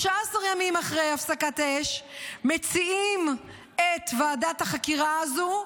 13 ימים אחרי הפסקת האש מציעים את ועדת החקירה הזו,